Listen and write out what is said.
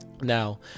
Now